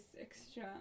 extra